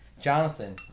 Jonathan